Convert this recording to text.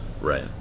Right